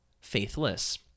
faithless